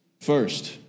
First